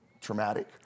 traumatic